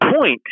point